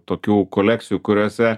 tokių kolekcijų kuriose